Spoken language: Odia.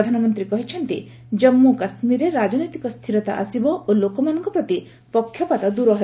ପ୍ରଧାନମନ୍ତ୍ରୀ କହିଛନ୍ତି ଜମ୍ମୁ କାଶ୍ମୀର୍ରେ ରାଜନୈତିକ ସ୍ଥିରତା ଆସିବ ଓ ଲୋକମାନଙ୍କ ପ୍ରତି ପକ୍ଷପାତ ଦୂର ହେବ